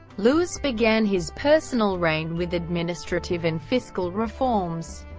louis began his personal reign with administrative and fiscal reforms.